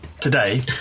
today